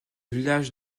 village